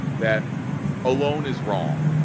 that alone is wrong,